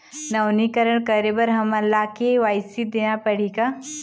नवीनीकरण करे बर हमन ला के.वाई.सी देना पड़ही का?